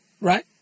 Right